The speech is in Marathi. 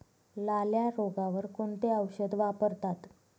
लाल्या रोगावर कोणते औषध वापरतात?